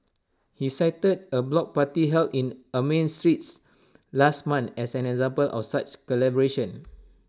he cited A block party held in Armenian streets last month as an example of such collaboration